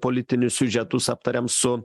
politinius siužetus aptarėm su